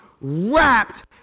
wrapped